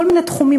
מכל מיני תחומים,